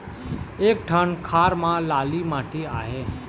एक ठन खार म लाली माटी आहे?